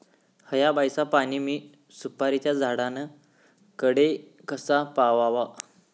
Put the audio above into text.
हया बायचा पाणी मी सुपारीच्या झाडान कडे कसा पावाव?